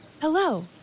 Hello